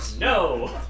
No